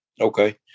Okay